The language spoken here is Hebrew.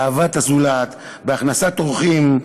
באהבת הזולת, בהכנסת אורחים,